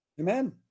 Amen